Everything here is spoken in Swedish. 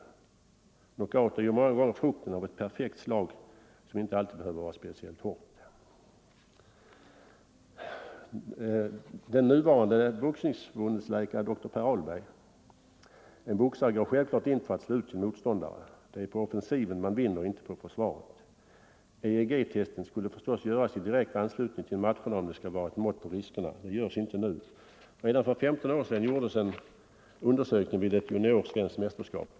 Knock-out är ju många gånger frukten av ett perfekt slag som inte alltid behöver vara speciellt hårt.” Svenska boxningsförbundets nuvarande läkare doktor Per Ahlberg säger: ”En boxare går självklart in för att slå ut sin motståndare. Det är på offensiven han vinner, inte på försvaret —-—-. EEG-testen skulle förstås göras i direkt anslutning till matcherna om det skall vara ett mått på riskerna. Det görs inte nu. Redan för 15 år sedan gjordes en undersökning vid ett JSM.